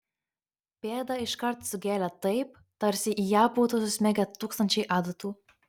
pėdą iškart sugėlė taip tarsi į ją būtų susmigę tūkstančiai adatų